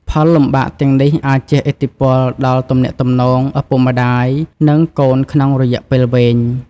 ផលលំបាកទាំងនេះអាចជះឥទ្ធិពលដល់ទំនាក់ទំនងឪពុកម្ដាយ និងកូនក្នុងរយៈពេលវែង។